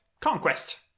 Conquest